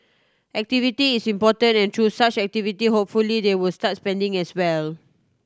activity is important and through such activity hopefully they will start spending as well